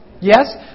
Yes